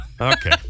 okay